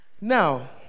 Now